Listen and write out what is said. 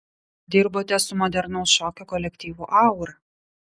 dirbote su modernaus šokio kolektyvu aura